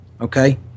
Okay